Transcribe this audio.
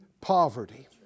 poverty